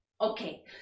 Okay